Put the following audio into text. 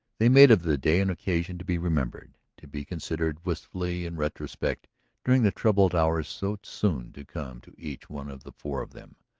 they made of the day an occasion to be remembered, to be considered wistfully in retrospect during the troubled hours so soon to come to each one of the four of them.